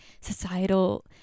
societal